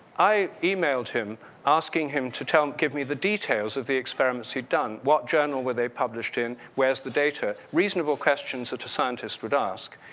i emailed him asking him to tell give me the details of the experiments he'd done, what journal were they published, where's the data? reasonable questions that a scientist would ask.